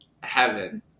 heaven